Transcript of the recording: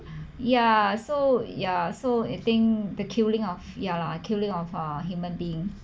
ya so ya so I think the killing of ya lah killing of uh human being